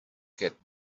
get